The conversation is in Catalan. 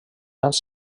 grans